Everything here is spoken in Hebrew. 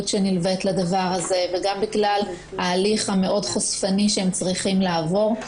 שנלווית לדבר הזה וגם בגלל ההליך המאוד חושפני שהם צריכים לעבור.